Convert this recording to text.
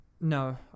No